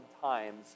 times